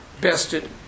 bested